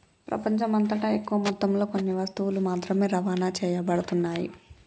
ప్రపంచమంతటా ఎక్కువ మొత్తంలో కొన్ని వస్తువులు మాత్రమే రవాణా చేయబడుతున్నాయి